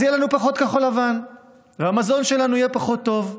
אז יהיה לנו פחות כחול-לבן והמזון שלנו יהיה פחות טוב.